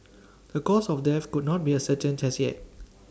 the cause of death could not be ascertained as yet